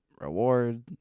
reward